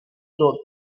door